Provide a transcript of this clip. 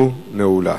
נמנעים.